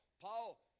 Paul